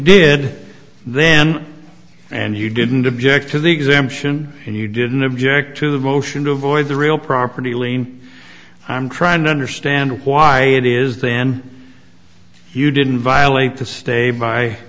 did then and you didn't object to the exemption and you didn't object to the motion to avoid the real property lien i'm trying to understand why it is then you didn't violate the stay by